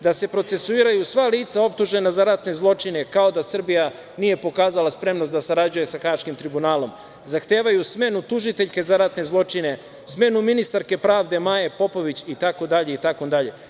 Da se procesuiraju sva lica optužena za ratne zločine, kao da Srbija nije pokazala spremnost da sarađuje sa Haškim tribunalom, zahtevaju smenu tužiteljke za ratne zločine, smenu ministarke pravde Maje Popović itd, itd.